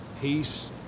peace